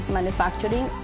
Manufacturing